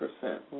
percent